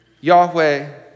Yahweh